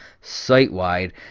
site-wide